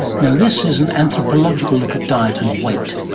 no, this is an anthropological look at diet and weight.